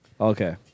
Okay